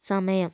സമയം